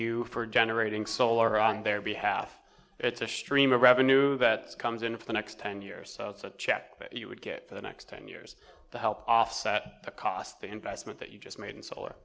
you for generating solar on their behalf it's a stream of revenue that comes in for the next ten years so it's a check that you would get for the next ten years to help offset the cost the investment that you just made in solar